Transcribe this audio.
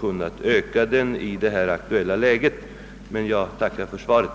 kunna ökas i det aktuella läget. Jag tackar än en gång för svaret.